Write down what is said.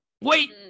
wait